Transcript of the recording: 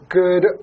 good